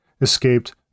escaped